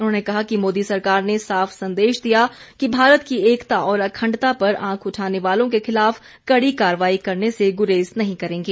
उन्होंने कहा कि मोदी सरकार ने साफ संदेश दिया कि भारत की एकता और अखण्डता पर आंख उठाने वालों के खिलाफ कड़ी कार्रवाई करने से गुरेज नहीं करेंगे